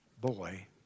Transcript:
boy